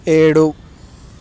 ఏడు